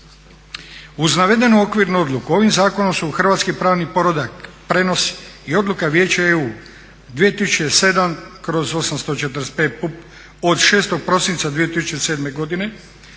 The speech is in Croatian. Uz navedenu okvirnu odluku ovim zakonom su u hrvatski pravni poredak prenosi i odluka Vijeća EU 2007/845 od 6.prosinca 2007.godine